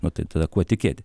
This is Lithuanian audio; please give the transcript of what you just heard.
nu tai tada kuo tikėti